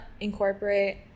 incorporate